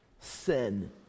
sin